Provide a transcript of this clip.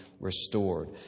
restored